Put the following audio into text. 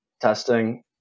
Testing